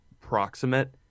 proximate